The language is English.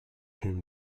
whom